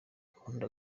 gahunda